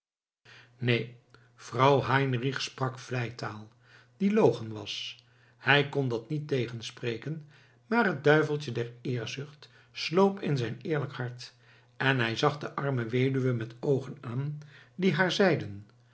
neen vrouw heinrichs sprak vleitaal die logen was hij kon dat niet tegenspreken maar het duiveltje der eerzucht sloop in zijn eerlijk hart en hij zag de arme weduwe met oogen aan die haar